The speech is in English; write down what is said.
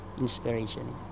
inspiration